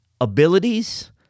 Abilities